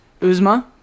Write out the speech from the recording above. Uzma